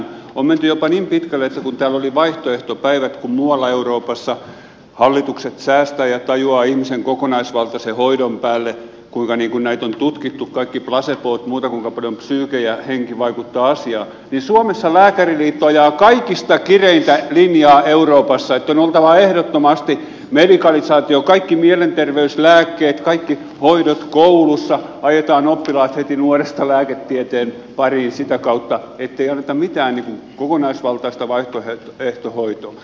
on menty jopa niin pitkälle että kun täällä oli vaihtoehtopäivät kun muualla euroopassa hallitukset säästävät ja tajuavat ihmisen kokonaisvaltaisen hoidon päälle kuinka on tutkittu kaikki placebot muuta kuinka paljon psyyke ja henki vaikuttavat asiaan niin suomessa lääkäriliitto ajaa kaikista kireintä linjaa euroopassa että on oltava ehdottomasti medikalisaatio kaikki mielenterveyslääkkeet kaikki hoidot koulussa ajetaan oppilaat heti nuoresta lääketieteen pariin sitä kautta ettei anneta mitään kokonaisvaltaista vaihtoehtohoitoa